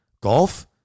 Golf